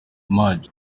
maj